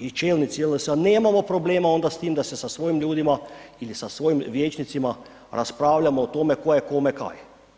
i čelnici JLS-a nemamo problema onda s tim da se sa svojim ljudima ili sa svojim vijećnicima raspravljamo tko je kome kaj.